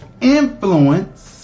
influence